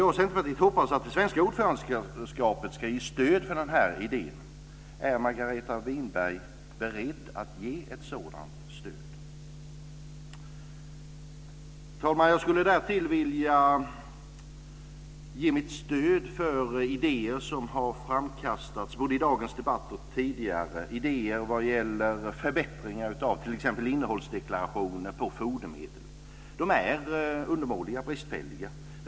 Jag och Centerpartiet hoppas att Sverige som EU ordförande ska ge stöd för den här idén. Är Margareta Winberg beredd att ge ett sådant stöd? Fru talman! Jag skulle därtill vilja ge mitt stöd för några idéer som har framkastats, både i dagens debatt och tidigare. En idé gäller förbättringar av innehållsdeklarationer på fodermedel. Dessa är undermåliga och bristfälliga.